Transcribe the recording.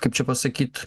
kaip čia pasakyt